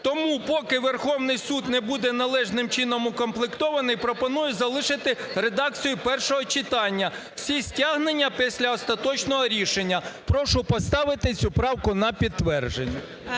Тому поки Верховний Суд не буде належним чином укомплектований, пропоную залишити редакцію першого читання: всі стягнення після остаточного рішення. Прошу поставити цю правку на підтвердження.